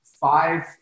five